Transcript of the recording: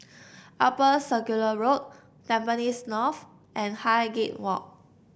Upper Circular Road Tampines North and Highgate Walk